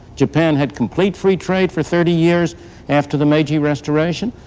japan had complete free trade for thirty years after the meiji restoration.